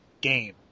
game